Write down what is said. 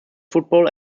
football